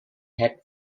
had